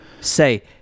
Say